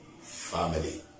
family